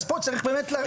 אז פה צריך באמת לראות.